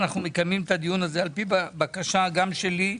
אנחנו מקיימים את הדיון הזה על-פי בקשה גם שלי,